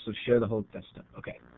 share the whole desktop.